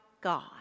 God